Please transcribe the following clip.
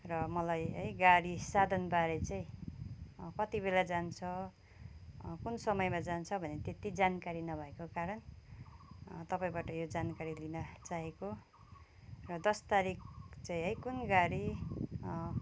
र मलाई है गाडी साधनबारे चाहिँ कतिबेला जान्छ कुन समयमा जान्छ भन्ने त्यत्ति जानकारी नभएको कारण तपाईँबाट यो जानकारी लिन चाहेको र दस तारिख चाहिँ है कुन गाडी